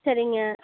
சரிங்க